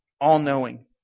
all-knowing